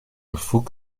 faut